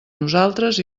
nosaltres